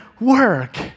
work